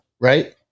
Right